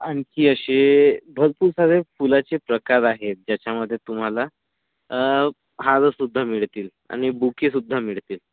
आणखी असे भरपूर सारे फुलाचे प्रकार आहेत ज्याच्यामध्ये तुम्हाला हारसुद्धा मिळतील आणि बुकेसुद्धा मिळतील